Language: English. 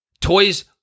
Toys